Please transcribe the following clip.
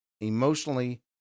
emotionally